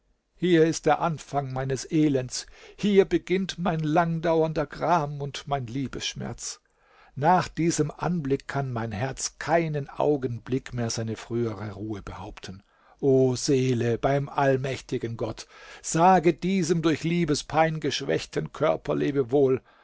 hier ist der anfang meines elends hier beginnt mein langdauernder gram und mein liebesschmerz nach diesem anblick kann mein herz keinen augenblick mehr seine frühere ruhe behaupten o seele beim allmächtigen gott sage diesem durch liebespein geschwächten körper lebewohl